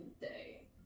day